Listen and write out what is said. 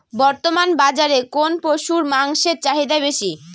বর্তমান বাজারে কোন পশুর মাংসের চাহিদা বেশি?